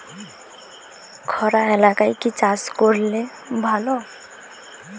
খরা এলাকায় কি চাষ করলে ভালো?